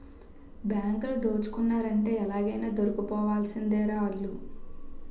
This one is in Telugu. బాంకులు దోసుకున్నారంటే ఎలాగైనా దొరికిపోవాల్సిందేరా ఆల్లు